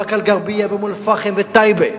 באקה-אל-ע'רביה ואום-אל-פחם וטייבה,